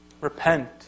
Repent